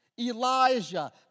Elijah